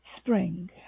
Spring